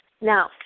Now